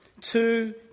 two